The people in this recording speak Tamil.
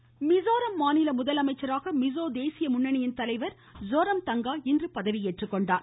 மிஸோரம் மிஸோரம் மாநில முதலமைச்சராக மிசோ தேசிய முன்னணியின் தலைவர் ஸோரம் தங்கா இன்று பதவி ஏற்றார்